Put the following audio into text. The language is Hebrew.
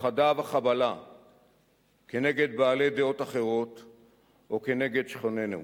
הפחדה וחבלה כנגד בעלי דעות אחרות או כנגד שכנינו